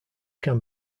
can